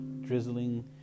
drizzling